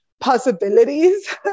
possibilities